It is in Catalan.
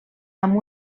amb